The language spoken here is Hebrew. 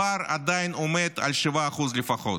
הפער עדיין עומד על 7% לפחות.